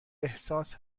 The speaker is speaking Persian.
احساس